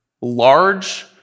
Large